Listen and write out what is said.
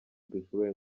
dushoboye